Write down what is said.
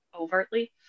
overtly